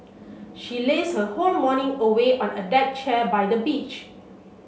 she lazed her whole morning away on a deck chair by the beach